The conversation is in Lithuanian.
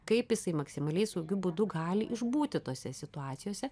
kaip jisai maksimaliai saugiu būdu gali išbūti tose situacijose